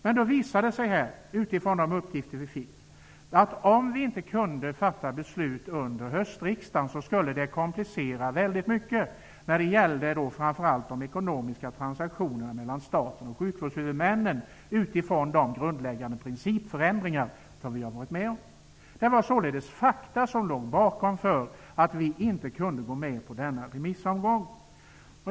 Men det visade sig, enligt de uppgifter som vi fick, att om riksdagen inte kunde fatta beslut under hösten skulle det komplicera väldigt mycket, framför allt när det gällde de ekonomiska transaktionerna mellan staten och sjukvårdshuvudmännen, utifrån de grundläggande principförändringar som skulle göras. Det var således fakta som låg bakom beslutet att inte gå med på en remissomgång.